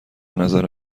نظر